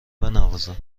بنوازم